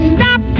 Stop